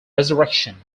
resurrection